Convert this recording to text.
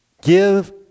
Give